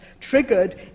triggered